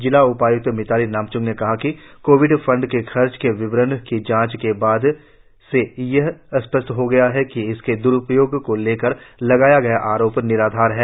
जिला उपायुक्त मिताली नामच्म ने कहा कि कोविड फंड के खर्च के विवरण की जांच के बाद से यह स्पष्ट हो गया कि इसके द्रुपयोग को लेकर लगाया गया आरोप निराधार हैं